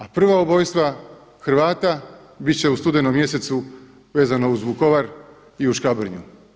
A prva ubojstva Hrvata bit će u studenom mjesecu vezano uz Vukovar i u Škabrnju.